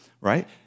Right